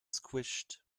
squished